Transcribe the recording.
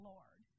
Lord